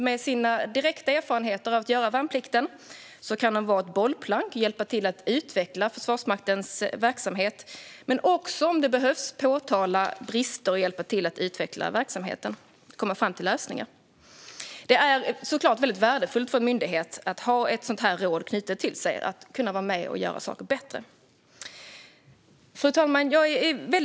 Med sina direkta erfarenheter av att göra värnplikt kan de vara ett bollplank och hjälpa till att utveckla Försvarsmaktens verksamhet men också, om det behövs, påtala brister och komma fram till lösningar. Det är såklart värdefullt för en myndighet att ha ett sådant råd, som kan vara med och göra saker bättre, knutet till sig. Fru talman!